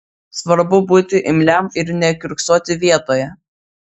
svarbu būti imliam ir nekiurksoti vietoje